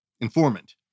informant